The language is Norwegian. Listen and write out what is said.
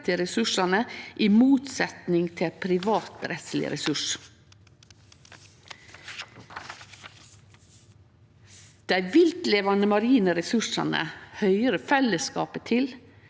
til ressursane i motsetnad til ein privateigd ressurs.» Dei viltlevande marine ressursane høyrer fellesskapet til.